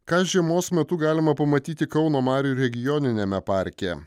ką žiemos metu galima pamatyti kauno marių regioniniame parke